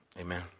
amen